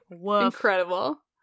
Incredible